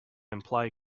imply